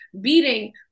beating